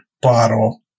bottle